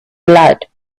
blood